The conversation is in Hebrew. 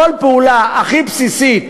כל פעולה הכי בסיסית,